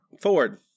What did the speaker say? Ford